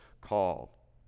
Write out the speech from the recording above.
call